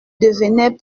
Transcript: devenait